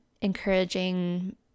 encouraging